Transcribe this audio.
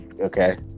Okay